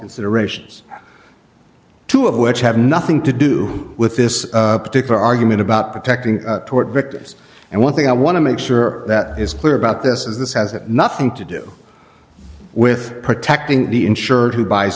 considerations two of which have nothing to do with this particular argument about protecting tort victims and one thing i want to make sure that is clear about this is this has nothing to do with protecting the insured who buys